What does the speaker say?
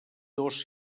dos